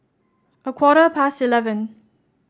a quarter past eleven